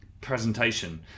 presentation